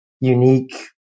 unique